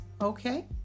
Okay